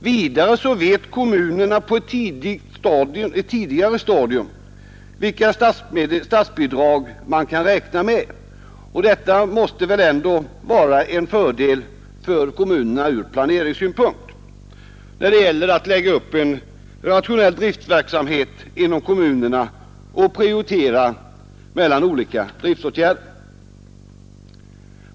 Vidare vet kommunerna på ett tidigare stadium vilka statsbidrag de kan räkna med. Detta måste väl ändå vara till fördel för kommunerna när det gäller att lägga upp en rationell driftverksamhet inom kommunerna och göra prioriteringar mellan olika driftåtgärder.